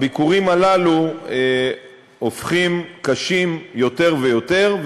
הביקורים הללו הופכים קשים יותר ויותר,